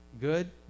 Good